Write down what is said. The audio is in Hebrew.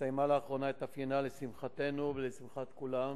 שהסתיימה לאחרונה התאפיינה, לשמחתנו ולשמחת כולם,